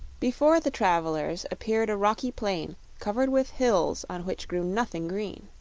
before the travelers appeared a rocky plain covered with hills on which grew nothing green.